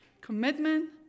Commitment